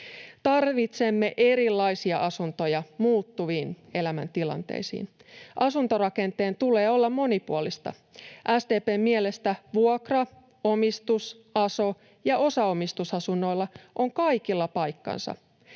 Tarvitsemme erilaisia asuntoja muuttuviin elämäntilanteisiin. Asuntorakenteen tulee olla monipuolinen. SDP:n mielestä vuokra-, omistus-, aso- ja osaomistusasunnoilla on kaikilla paikkansa.